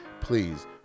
please